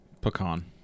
Pecan